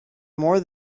more